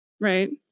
right